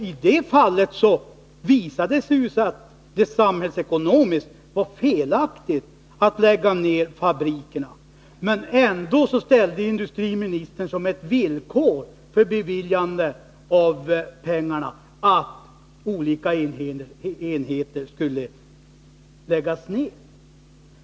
I det fallet visade det sig att det samhällsekonomiskt sett var felaktigt att lägga ner fabrikerna, men ändå ställde industriministern som villkor för beviljande av pengarna att olika enheter skulle läggas ner.